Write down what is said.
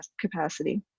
capacity